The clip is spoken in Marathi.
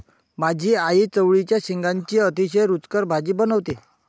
माझी आई चवळीच्या शेंगांची अतिशय रुचकर भाजी बनवते